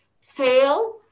fail